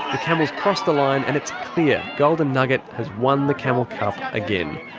the camels cross the line, and it's clear golden nugget has won the camel cup again.